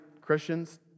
Christians